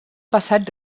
passat